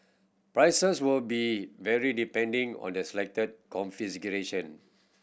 prices will be vary depending on the selected configuration